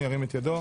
ירים את ידו.